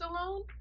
alone